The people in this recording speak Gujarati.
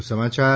વધુ સમાચાર